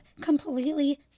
completely